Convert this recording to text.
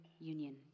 union